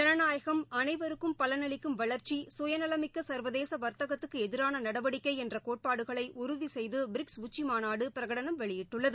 ஜனநாயகம் அனைவருக்கும் பலனளிக்கும் வளர்ச்சி சுயநலமிக்கசர்வதேசவர்த்தகத்துக்குஎதிரானநடவடிக்கைஎன்றகோட்பாடுகளைஉறுதிசெய்துபிரிக்ஸ் உச்சிமாநாடுபிரகடனம் வெளியிட்டுள்ளது